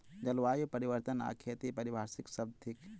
जलवायु परिवर्तन आ खेती पारिभाषिक शब्द थिक